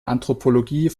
anthropologie